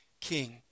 king